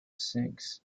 sinks